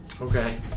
Okay